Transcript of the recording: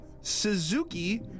Suzuki